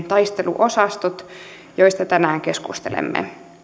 taisteluosastot joista tänään keskustelemme